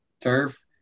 turf